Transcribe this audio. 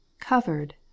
Covered